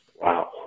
Wow